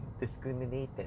discriminated